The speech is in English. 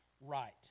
right